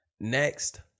Next